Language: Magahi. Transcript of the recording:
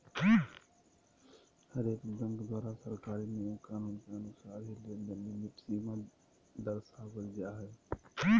हरेक बैंक द्वारा सरकारी नियम कानून के अनुसार ही लेनदेन लिमिट सीमा दरसावल जा हय